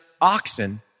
oxen